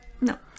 No